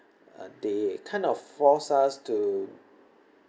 uh they kind of force us to